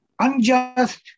unjust